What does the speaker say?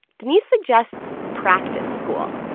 denise suggests practice school.